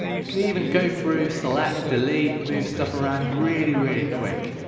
we can even go through so elect delete move stuff around really really quick.